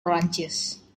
perancis